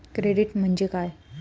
Credit म्हणजे काय?